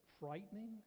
frightening